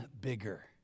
bigger